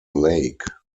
lake